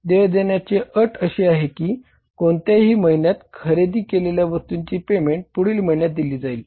देय देण्याची अट अशी आहे की कोणत्याही महिन्यात खरेदी केलेल्या वस्तूची पेमेंट पुढील महिन्यात दिली जाईल